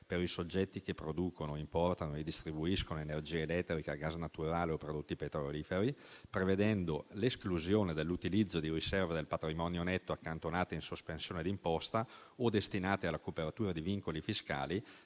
per i soggetti che producono, importano e distribuiscono energia elettrica e gas naturale o prodotti petroliferi, prevedendo l'esclusione dell'utilizzo di riserve del patrimonio netto accantonate in sospensione di imposta o destinate alla copertura di vincoli fiscali,